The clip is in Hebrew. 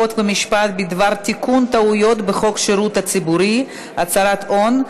חוק ומשפט בדבר תיקון טעויות בחוק שירות הציבור (הצהרות הון),